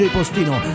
Postino